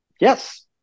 yes